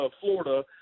Florida